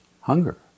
Hunger